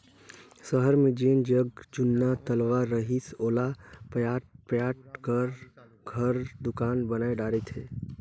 सहर मे जेन जग जुन्ना तलवा रहिस ओला पयाट पयाट क घर, दुकान बनाय डारे थे